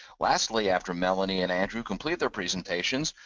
lastly, after melanie and andrew complete their presentations,